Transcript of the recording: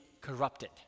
corrupted